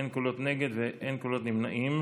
אין נגד, אין נמנעים.